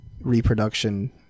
reproduction